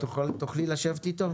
תוכלי לשבת איתו?